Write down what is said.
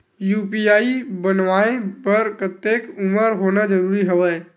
UPI बनवाय बर कतेक उमर होना जरूरी हवय?